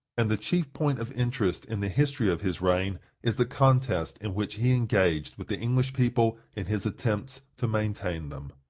and the chief point of interest in the history of his reign is the contest in which he engaged with the english people in his attempts to maintain them.